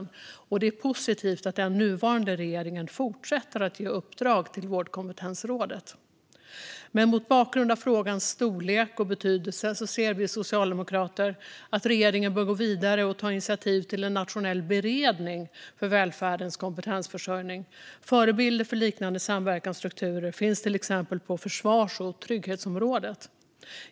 Det är positivt att den nuvarande regeringen fortsätter att ge uppdrag till Nationella vårdkompetensrådet. Men mot bakgrund av frågans storlek och betydelse anser vi socialdemokrater att regeringen bör gå vidare och ta initiativ till en nationell beredning för välfärdens kompetensförsörjning. Förebilder för liknande samverkansstrukturer finns till exempel på försvarsområdet och trygghetsområdet.